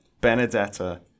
Benedetta